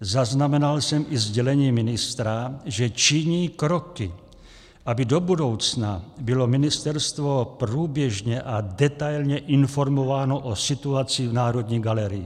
Zaznamenal jsem i sdělení ministra, že činí kroky, aby do budoucna bylo ministerstvo průběžně a detailně informováno o situaci v Národní galerii.